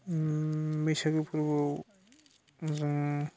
बैसागु फोरबोआव